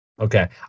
Okay